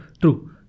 True